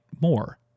more